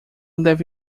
deve